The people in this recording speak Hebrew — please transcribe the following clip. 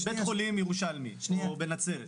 בית חולים ירושלמי או בנצרת,